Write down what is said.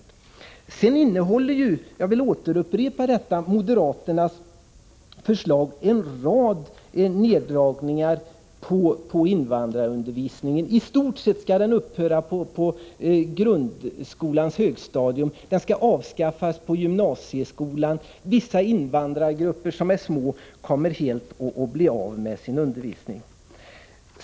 Vidare innehåller — jag vill upprepa det — moderaternas förslag en rad neddragningar på invandrarundervisningen: den skall i stort sett upphöra på grundskolans högstadium, den skall avskaffas på gymnasieskolan och vissa små invandrargrupper kommer helt att bli av med sin undervisning.